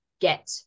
get